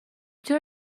چرا